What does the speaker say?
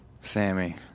sammy